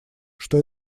что